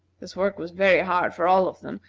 this work was very hard for all of them,